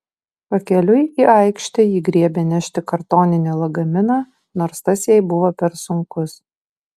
pakeliui į aikštę ji griebė nešti kartoninį lagaminą nors tas jai buvo per sunkus